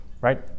right